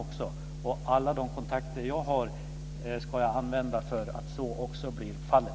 Jag ska använda alla kontakter som jag har för att så också ska bli fallet.